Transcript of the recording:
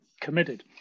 committed